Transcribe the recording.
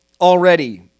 already